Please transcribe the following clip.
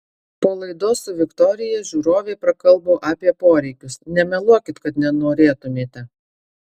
po laidos su viktorija žiūrovė prakalbo apie poreikius nemeluokit kad nenorėtumėte